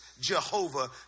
Jehovah